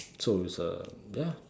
so is a ya